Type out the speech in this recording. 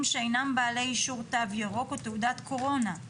שאינם בעלי אישור תו ירוק או תעודת קורונה.